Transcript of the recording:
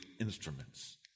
instruments